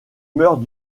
meurt